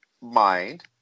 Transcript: mind